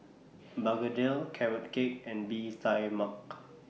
Begedil Carrot Cake and Bee Tai Mak